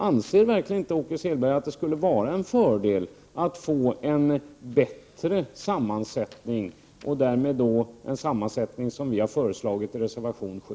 Anser verkligen inte Åke Selberg att det skulle vara en fördel att få en bättre sammansättning, sådan som vi har föreslagit i reservation 7?